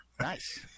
Nice